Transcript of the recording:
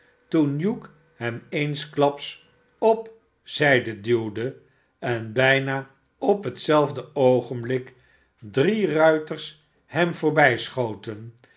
hugh hem eensklaps op zijde duwde en bijna op hetzelfde oogenblik drie ruiters hem